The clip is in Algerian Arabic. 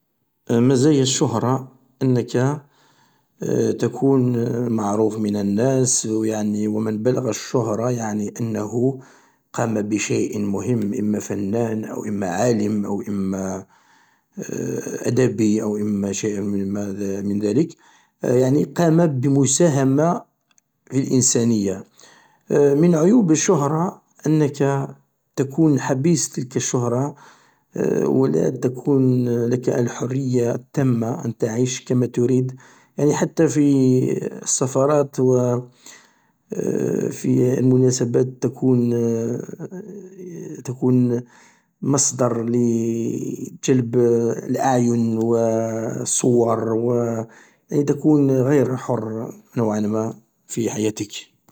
﻿مزايا الشهرة، أنك تكون معروف من الناس يعني و من بلغ الشهرة يعني أنه قام بشيء مهم إما فنان او إما عالم أو إما أدبي او إما شيء من ما من ذلك. يعني قام بمساهمة في الإنسانية. من عيوب الشهرة أنك تكون حبيس تلك الشهرة، ولا تكون لك الحرية التامة أن تعيش كما تريد. يعني حتى في السفرات في المناسبات تكون تكون مصدر ل جلب الأعين و الصور و أي تكون غير حر نوعا ما في حياتك.